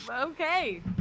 Okay